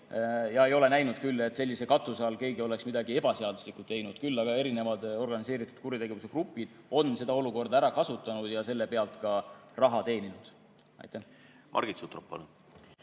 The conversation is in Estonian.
Ma ei ole näinud küll, et sellise katuse all keegi oleks midagi ebaseaduslikku teinud. Küll aga organiseeritud kuritegevuse grupid on seda olukorda ära kasutanud ja selle pealt ka raha teeninud. Aitäh küsimuse